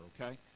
okay